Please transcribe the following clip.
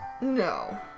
No